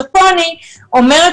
כאן אני אומרת,